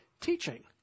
teaching